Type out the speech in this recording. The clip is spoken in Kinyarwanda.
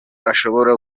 ashobora